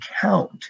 count